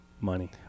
Money